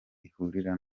ihurira